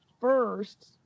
first